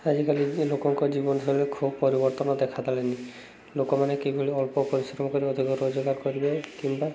ଆଜିକାଲି ଲୋକଙ୍କ ଜୀବନଶୈଳୀରେ ଖୁବ ପରିବର୍ତ୍ତନ ଦେଖାଲେନି ଲୋକମାନେ କିଭଳି ଅଳ୍ପ ପରିଶ୍ରମ କରି ଅଧିକ ରୋଜଗାର କରିବେ କିମ୍ବା